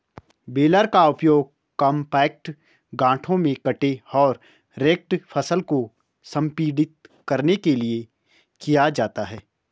baler का उपयोग compact गांठों में कटे और रेक्ड फसल को संपीड़ित करने के लिए किया जाता है